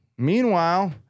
Meanwhile